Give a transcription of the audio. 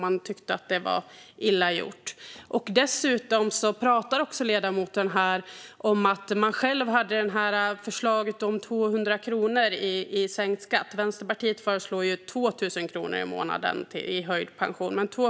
Moderaterna hade tidigare ett förslag om 200 kronor i månaden i sänkt skatt. Vänsterpartiet föreslår i stället 2 000 kronor i månaden i höjd pension.